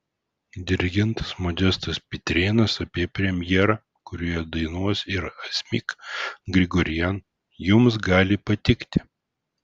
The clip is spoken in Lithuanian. dirigentas modestas pitrėnas apie premjerą kurioje dainuos ir asmik grigorian jums gali patikti